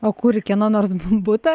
o kur į kieno nors butą